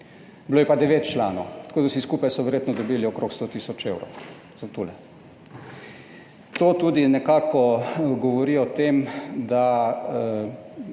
Bilo je pa devet članov, tako da vsi skupaj so verjetno dobili okrog 100 tisoč za tole. To tudi nekako govori o tem, da